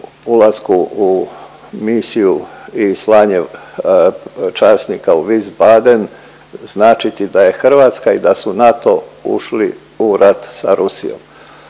ulasku u misiju i slanje časnika u Wiesbaden značiti da je Hrvatska i da su NATO ušli u rat sa Rusijom.